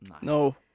No